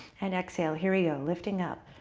and exhale. here we go. lifting up.